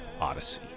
Odyssey